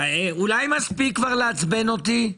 אולי מספיק כבר לעצבן אותי.